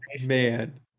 man